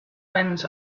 went